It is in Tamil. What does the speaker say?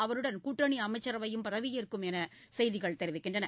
அவருடன் கூட்டணி அமைச்சரவையும் பதவியேற்கும் என்று செய்திகள் தெரிவிக்கின்றன